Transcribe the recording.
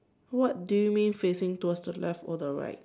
what do you mean facing towards the left or the right